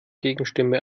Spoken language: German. gegenstimme